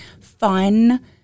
fun